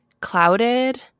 clouded